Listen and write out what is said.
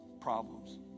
problems